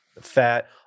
fat